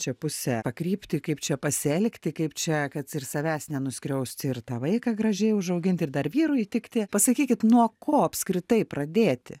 čia pusę pakrypti ir kaip čia pasielgti kaip čia kad ir savęs nenuskriausti ir tą vaiką gražiai užauginti ir dar vyrui įtikti pasakykit nuo ko apskritai pradėti